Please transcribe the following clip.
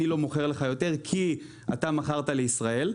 אני לא מוכר לך יותר כי אתה מכרת לישראל,